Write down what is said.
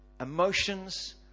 emotions